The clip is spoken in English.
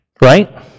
Right